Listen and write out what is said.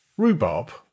Rhubarb